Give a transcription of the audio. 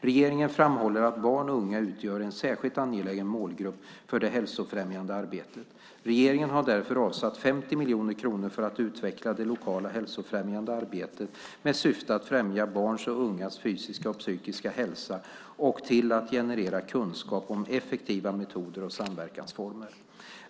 Regeringen framhåller att barn och unga utgör en särskilt angelägen målgrupp för det hälsofrämjande arbetet. Regeringen har därför avsatt 50 miljoner kronor för att utveckla det lokala hälsofrämjande arbetet med syfte att främja barns och ungas fysiska och psykiska hälsa och till att generera kunskap om effektiva metoder och samverkansformer.